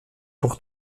pour